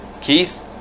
Keith